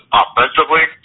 offensively